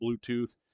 Bluetooth